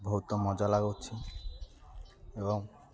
ବହୁତ ମଜା ଲାଗୁଛି ଏବଂ